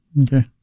Okay